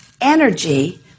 energy